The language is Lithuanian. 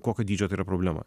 kokio dydžio tai yra problema